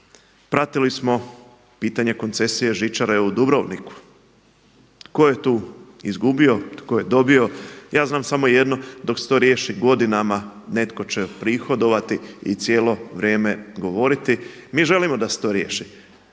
Pratili smo pitanje koncesije žičare u Dubrovniku. Tko je tu izgubio? Tko je dobio? Ja znam samo jedno, dok se to riješi godinama netko će prihodovati i cijelo vrijeme govoriti. Mi želimo da se to riješi.